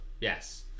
yes